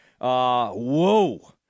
whoa